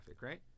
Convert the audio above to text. right